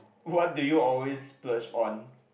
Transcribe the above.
what do you always splurge on